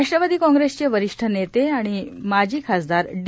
राष्ट्रवादी कांग्रेसचे वरिष्ठ नेते आणि माजी खासदार डी